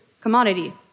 commodity